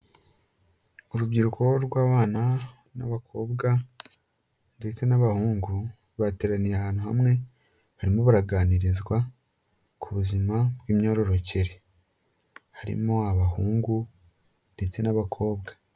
Urubyiruko rw'abana n'abakobwa ndetse n'abahungu, bateraniye ahantu hamwe barimo baraganirizwa ku buzima bw'imyororokere, harimo abahungu ndetse n'abakobwa.